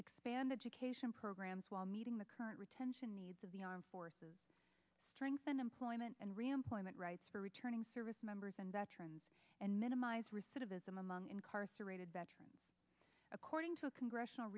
expanded to cation programs while meeting the current retention needs of the armed forces strengthen employment and reemployment rights for returning service members and veterans and minimize receipt of his among incarcerated veterans according to a congressional